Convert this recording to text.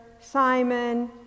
Simon